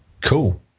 Cool